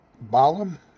Balaam